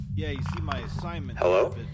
Hello